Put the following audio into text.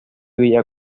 villa